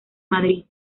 madrid